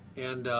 and